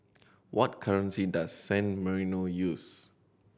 what currency does San Marino use